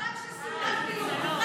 --- רק שיסוי, רק פילוג.